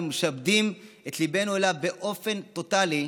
ומשעבדים את ליבנו אליו באופן טוטלי,